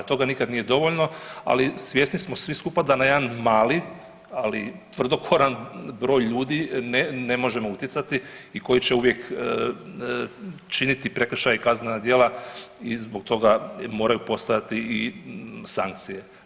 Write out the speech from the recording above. Toga nikad nije dovoljno, ali svjesni smo svi skupa da na jedan mali, ali tvrdokoran broj ljudi ne možemo utjecati i koji će uvijek činiti prekršaje i kaznena djela i zbog toga moraju postojati i sankcija.